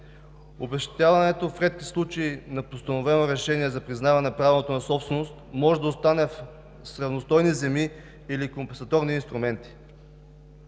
Обезщетяването в редките случаи на постановено решение за признаване право на собственост може да остане с равностойни земи или компесаторни инструменти.